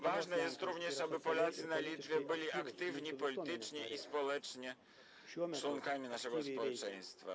Ważne jest również, aby Polacy na Litwie byli aktywnymi politycznie i społecznie członkami naszego społeczeństwa.